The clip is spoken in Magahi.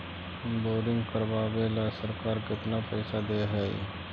बोरिंग करबाबे ल सरकार केतना पैसा दे है?